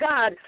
God